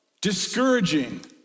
discouraging